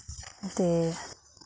ते